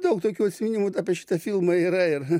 daug tokių atsiminimų apie šitą filmą yra ir